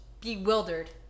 bewildered